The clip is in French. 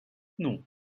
non